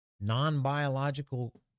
non-biological